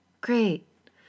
Great